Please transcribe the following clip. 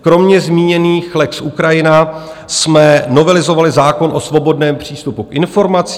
Kromě zmíněných lex Ukrajina jsme novelizovali zákon o svobodném přístupu k informacím.